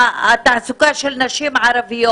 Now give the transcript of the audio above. התעסוקה של נשים ערביות.